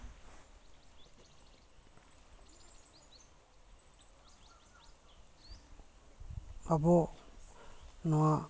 ᱟᱵᱚ ᱱᱚᱣᱟ